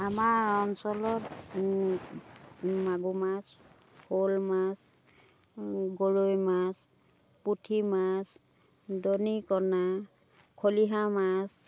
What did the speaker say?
আমাৰ অঞ্চলত মাগুৰ মাছ শ'ল মাছ গৰৈ মাছ পুঠি মাছ দনিকনা খলিহা মাছ